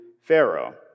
Pharaoh